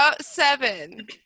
Seven